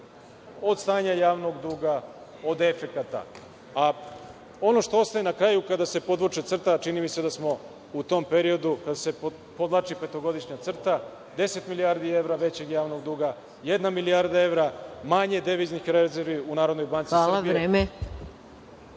od stanja javnog duga, od efekata, a ono što ostaje na kraju kada se podvuče crta, a čini mi se da smo u tom periodu kada se podvlači petogodišnja crta, 10 milijardi evra većeg javnog duga, jedna milijarda evra manje deviznih rezervi u Narodnoj banci Srbije… **Maja